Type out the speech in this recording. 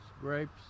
grapes